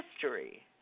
history